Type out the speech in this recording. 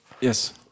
yes